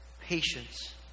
patience